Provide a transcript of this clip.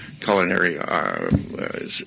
culinary